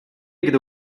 gdy